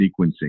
sequencing